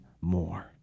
more